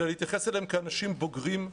אלא להתייחס אליהם כאנשים בוגרים,